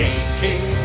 Aching